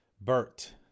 Bert